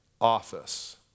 office